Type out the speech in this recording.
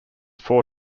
four